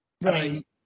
right